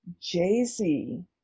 Jay-Z